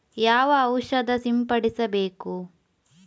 ಯಾವ ಔಷಧ ಸಿಂಪಡಿಸಬೇಕು?